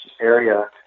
area